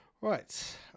Right